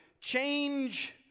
change